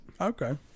Okay